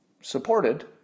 supported